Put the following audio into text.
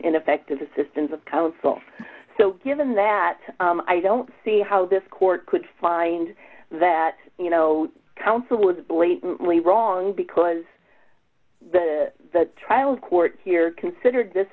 ineffective assistance of counsel so given that i don't see how this court could find that you know counsel was blatantly wrong because the trial court here considered this